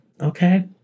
Okay